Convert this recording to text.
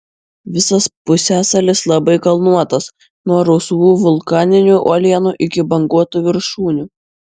visas pusiasalis labai kalnuotas nuo rausvų vulkaninių uolienų iki banguotų viršūnių